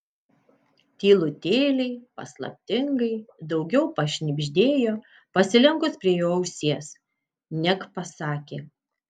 tylutėliai paslaptingai daugiau pašnibždėjo pasilenkus prie jo ausies neg pasakė